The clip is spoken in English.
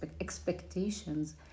expectations